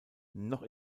noch